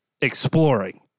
exploring